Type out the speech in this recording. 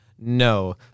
No